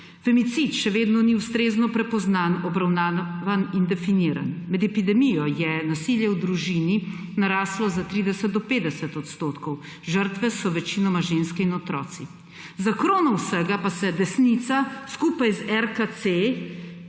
Femicid še vedno ni ustrezno prepoznan, obravnavan in definiran. Med epidemijo je nasilje v družini naraslo za 30 do 50 odstotkov. Žrtve so večinoma ženske in otroci. Za krono vsega pa se desnica skupaj z RKC,